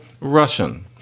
Russian